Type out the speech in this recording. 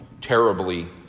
terribly